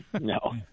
No